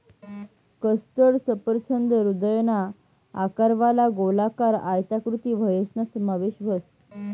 custard सफरचंद हृदयना आकारवाला, गोलाकार, आयताकृती फयसना समावेश व्हस